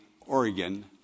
Oregon